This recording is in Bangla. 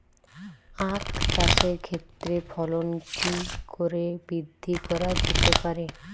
আক চাষের ক্ষেত্রে ফলন কি করে বৃদ্ধি করা যেতে পারে?